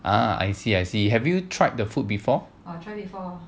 ah I see I see you have you tried the food before